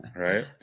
Right